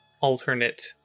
alternate